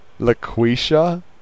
Laquisha